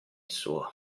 suo